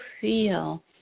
feel